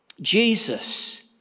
Jesus